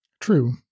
True